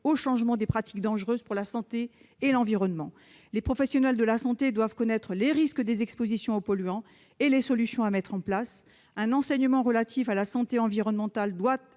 changement des pratiques dangereuses pour la santé et l'environnement. Les professionnels de santé doivent connaître les risques des expositions aux polluants et les solutions à mettre en place. Un enseignement sur la santé environnementale doit être